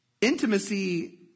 Intimacy